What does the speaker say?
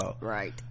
Right